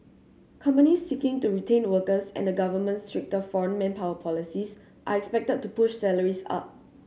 companies seeking to retain workers and the government's stricter foreign manpower policies are expected to push salaries up